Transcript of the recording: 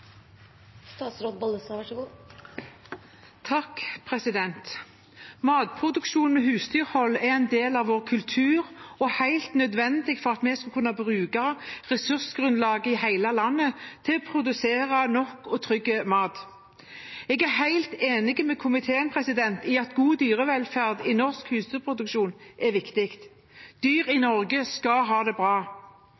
en del av vår kultur og helt nødvendig for at vi skal kunne bruke ressursgrunnlaget i hele landet til å produsere nok og trygg mat. Jeg er helt enig med komiteen i at god dyrevelferd i norsk husdyrproduksjon er viktig. Dyr i